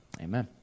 amen